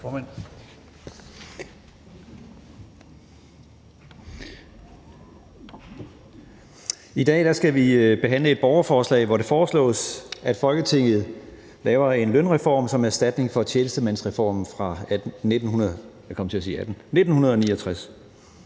I dag skal vi behandle et borgerforslag, hvori det foreslås, at Folketinget laver en lønreform som erstatning for tjenestemandsreformen fra 1969.